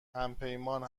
همپیمان